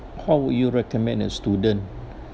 how would you recommend a student